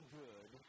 good